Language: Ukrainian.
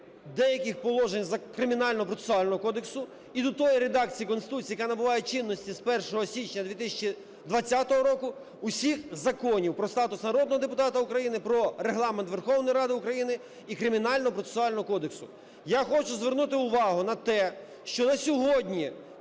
деяких положень за Кримінально-процесуального кодексу і до тої редакції Конституції, яка набуває чинності з 1 січня 2020 року, усіх законів – "Про статус народного депутата України", "Про Регламент Верховної Ради України" і Кримінального процесуального кодексу. Я хочу звернути увагу на те, що на сьогодні